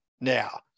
now